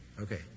Okay